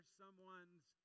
someone's